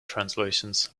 translations